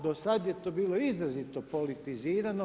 Do sada je to bilo izrazito politizirano.